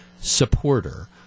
supporter